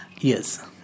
Yes